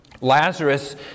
Lazarus